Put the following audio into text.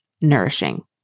nourishing